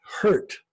hurt